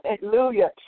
Hallelujah